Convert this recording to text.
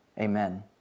Amen